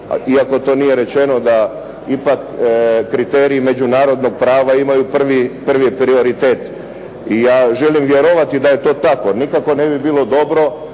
iako to nije rečeno, ipak kriteriji međunarodnog prava imaju prvi prioritet i ja želim vjerovati da je to tako. Nikako ne bi bilo dobro